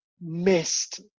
missed